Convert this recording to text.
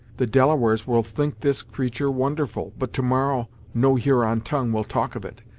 the delawares will think this creature wonderful, but to-morrow no huron tongue will talk of it.